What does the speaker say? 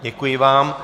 Děkuji vám.